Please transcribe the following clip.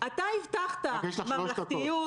-- יש לך שלוש דקות.